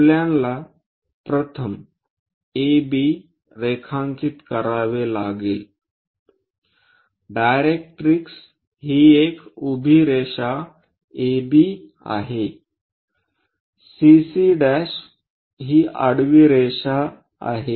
आपल्याला प्रथम AB रेखांकित करावे लागेल डायरेक्ट्रिक्स हि एक उभी रेषा AB आहे CC' हि आडवी रेषा आहे